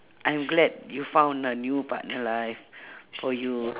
I'm glad you found a new partner like for you